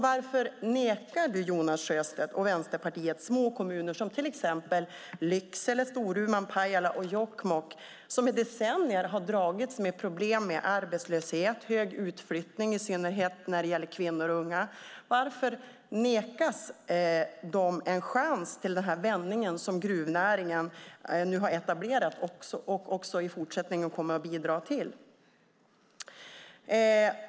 Varför nekar du, Jonas Sjöstedt, och ni i Vänsterpartiet små kommuner - till exempel Lycksele, Storuman, Pajala och Jokkmokk som i decennier har dragits med problem med arbetslöshet och en stor utflyttning i synnerhet när det gäller kvinnor och unga - en chans till den vändning som gruvnäringen nu har etablerat och också i fortsättningen kommer att bidra till?